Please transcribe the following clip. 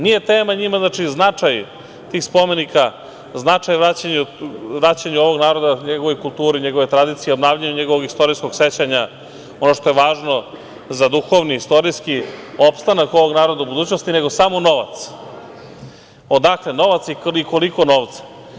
Nije tema njima značaj tih spomenika, značaj vraćanja ovog naroda njegovoj kulturi, njegovoj tradiciji, obnavljanju njegovog istorijskog sećanja, ono što je važno za duhovni, istorijski opstanak ovog naroda u budućnosti, nego samo novac, odakle novac i koliko novca.